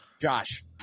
Josh